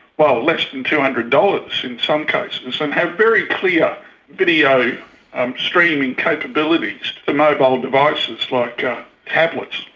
well, less than two hundred dollars in some cases, and have very clear video streaming capabilities to mobile devices like tablets.